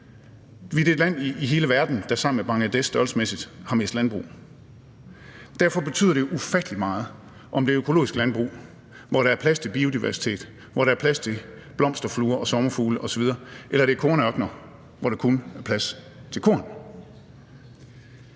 Vi er det land i hele verden, der sammen med Bangladesh forholdsmæssigt har mest landbrug, og derfor betyder det ufattelig meget, om det er økologisk landbrug, hvor der er plads til biodiversitet, hvor der er plads til blomsterfluer, sommerfugle osv., eller om det er kornørkener, hvor der kun er plads til korn.